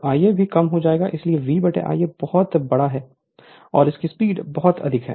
तो Ia भी कम हो जाएगा इसलिए V Ia बहुत बड़ा है और इसकी स्पीड बहुत अधिक है